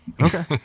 Okay